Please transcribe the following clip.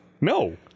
No